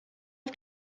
auf